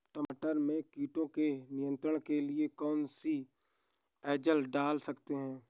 मटर में कीटों के नियंत्रण के लिए कौन सी एजल डाल सकते हैं?